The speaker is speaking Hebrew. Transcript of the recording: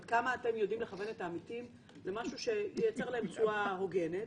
עד כמה אתם יודעים לכוון את העמיתים למשהו שייצר להם תשואה הוגנת,